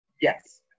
Yes